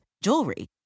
jewelry